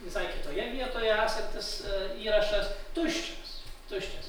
visai kitoje vietoje esantis įrašas tuščias tuščias